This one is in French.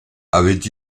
avait